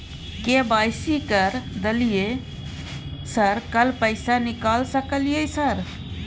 KYC कर दलियै sir कल पैसा निकाल सकलियै सर?